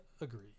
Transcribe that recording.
agree